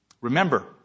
Remember